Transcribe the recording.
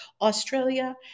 Australia